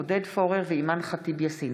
עודד פורר ואימאן ח'טיב יאסין